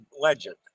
Legend